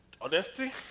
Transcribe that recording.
honesty